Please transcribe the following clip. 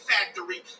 Factory